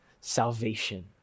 salvation